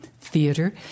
theater